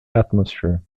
atmosphere